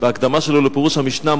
בהקדמה שלו לפירוש המשנה,